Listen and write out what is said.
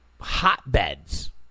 hotbeds